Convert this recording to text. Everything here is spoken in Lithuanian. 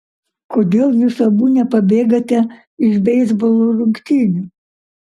kodėl jūs abu nepabėgate iš beisbolo rungtynių